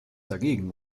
dagegen